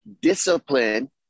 discipline